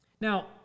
Now